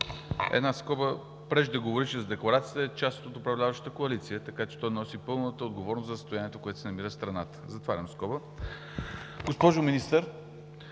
Една скоба! Преждеговорившият с декларацията е част от управляващата коалиция, така че той носи пълната отговорност за състоянието, в което се намира страната. Затварям скобата. Госпожо Министър,